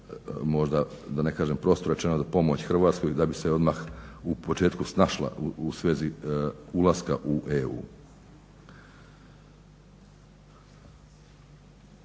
možda da ne kažem prosto rečeno, za pomoć Hrvatskoj da bi se odmah u početku snašla u svezi ulaska u EU.